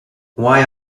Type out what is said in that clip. why